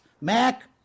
Mac